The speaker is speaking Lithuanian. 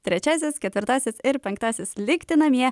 trečiasis ketvirtasis ir penktasis likti namie